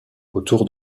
autour